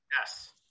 yes